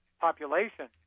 population